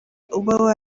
uba